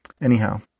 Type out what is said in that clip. Anyhow